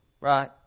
right